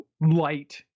light